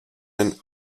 and